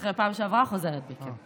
אחרי הפעם שעברה, חוזרת בי.